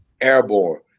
airborne